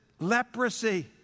leprosy